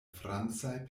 francaj